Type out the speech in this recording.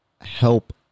help